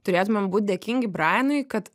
turėtumėm būti dėkingi braenui kad